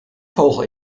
vogel